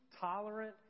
tolerant